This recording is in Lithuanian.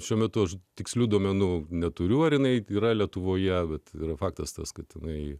šiuo metu tikslių duomenų neturiu ar jinai yra lietuvoje bet yra faktas tas kad jinai